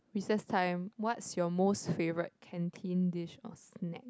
recess time what's your most favourite canteen dish or snack